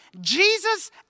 Jesus